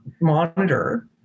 monitor